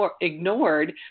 ignored